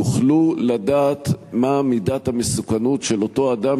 יוכלו לדעת מה מידת המסוכנות של אותו אדם